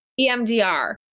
EMDR